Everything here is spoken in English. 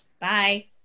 Bye